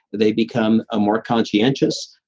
they become ah more conscientious.